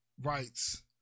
rights